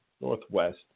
Northwest